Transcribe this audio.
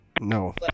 No